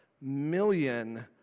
million